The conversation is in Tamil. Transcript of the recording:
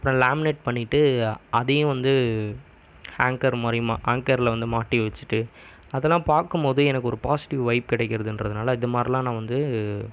லேமினேட் பண்ணிட்டு அதையும் வந்து ஹாங்கர் மாதிரி ஹங்கரில் வந்து மாட்டி வச்சுட்டு அதை எல்லாம் பார்க்கும் போது எனக்கு ஒரு பாஸ்ட்டிவ் வைப் கிடக்றதுன்றதுனால இது மாரிலா நான் வந்து